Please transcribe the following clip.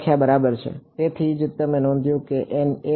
તેથી તેથી જ તમે નોંધ્યું છે કે તેનું N 1